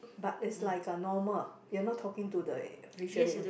but is like a normal you are not talking to the visually impaired